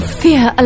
fear